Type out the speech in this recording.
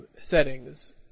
settings